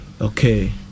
Okay